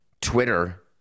Twitter